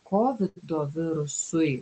kovido virusui